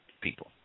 people